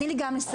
תני לי גם לסיים.